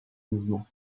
mouvement